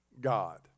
God